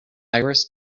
iris